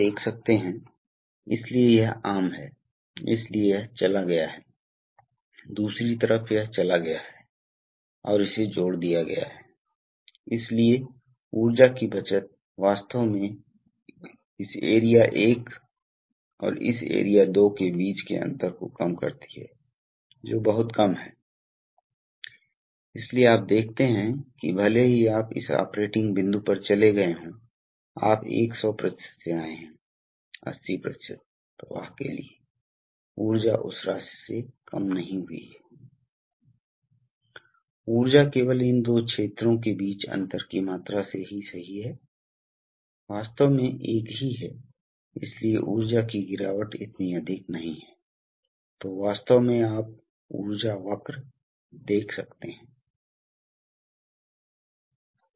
compressor की क्षमता इसलिए एक दबाव रेटिंग होती है जो तय की जाती है और फिर इसलिए यहां कम्प्रेस्ड वास्तव में उस रेटिंग पर आपूर्ति की जाती है और फिर कंप्रेसर की क्षमता मूल रूप से हवा की मात्रा से तय होती है कि यह मिनटों में दबाव वितरित कर सकता है इसलिए यह अक्सर इंजीनियरिंग में होता है इसे अक्सर CFM के रूप में वर्णित किया जाता है जिसे CFM कहा जाता है क्यूबिक फीट प्रति मिनट इसलिए प्रति मिनट कितने क्यूबिक फीट हवा कंप्रेसर आपूर्ति कर सकता है ताकि आम तौर यह इसकी क्षमता इंगित करता है